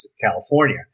California